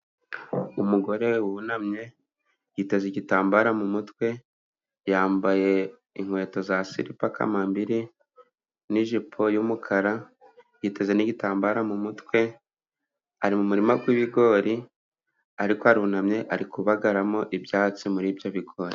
Umugore wunamye， yiteza igitambara mu mutwe，yambaye inkweto za siripa kamambiri， n’ijipo y’umukara， yiteze n'igitambara mu mutwe， ari mu murima w'ibigori，ariko arunamye，ari kubagaramo ibyatsi muri ibyo bigori.